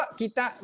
kita